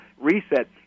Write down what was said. reset